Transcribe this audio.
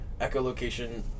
echolocation